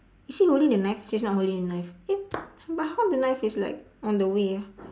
is she holding the knife she's not holding the knife eh but how the knife is like on the way ah